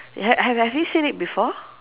ha~ ha~ have you seen it before